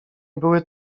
były